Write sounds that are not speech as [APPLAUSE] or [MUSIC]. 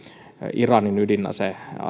iranin ydinasesopimukseen [UNINTELLIGIBLE]